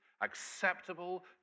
acceptable